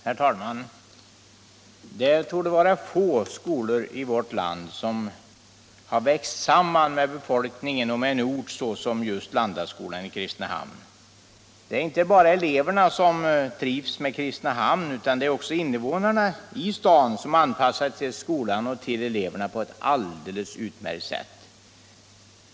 Herr talman! Det torde vara få skolor i vårt land som har växt samman med befolkningen och med en ort så som just Landaskolan i Kristi nehamn. Det är inte bara eleverna som trivs med Kristinehamn, utan det är också invånarna i staden som har anpassat sig till skolan och till eleverna på ett alldeles utmärkt sätt.